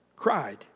cried